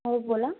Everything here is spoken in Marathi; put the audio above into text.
हो बोला